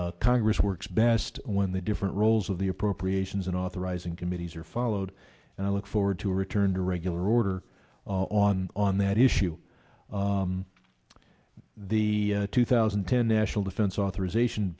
do congress works best when the different roles of the appropriations and authorizing committees are followed and i look forward to a return to regular order on on that issue the two thousand and ten national defense authorization